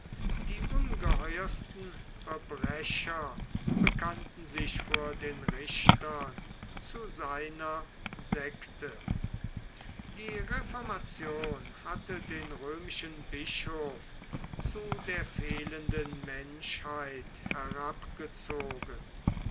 die ungeheuersten verbrecher bekannten sich vor den richtern zu seiner sekte die reformation hatte den römischen bischof zu der fehlenden menschheit herabgezogen